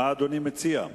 מה אדוני מציע?